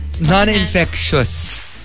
non-infectious